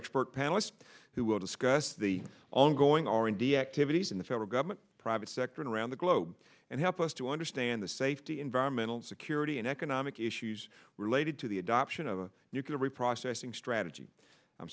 expert panel who will discuss the ongoing already activities in the federal government private sector and around the globe and help to understand the safety environmental security and economic issues related to the adoption of the nuclear reprocessing strategy i'm